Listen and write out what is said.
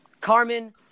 Carmen